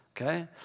Okay